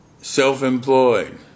self-employed